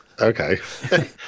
Okay